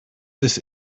this